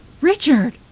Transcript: Richard